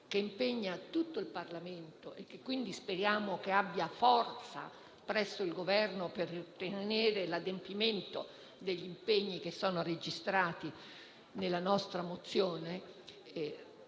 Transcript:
che impegna tutto il Parlamento e che quindi speriamo abbia forza presso il Governo per ottenere l'adempimento degli impegni indicati nella nostra mozione,